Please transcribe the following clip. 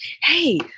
Hey